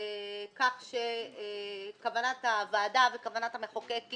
כך שכוונת הוועדה וכוונת המחוקק הן